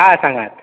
आ सांगात